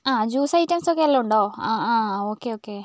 ആ juice items ഒക്കെ എല്ലാം ഉണ്ടോ ആ ആ ഓക്കേ ഓക്കേ